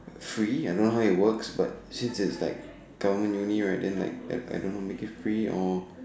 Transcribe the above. free I don't how it works but seem is like government uni right them like I I don't know make it free or